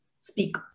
speak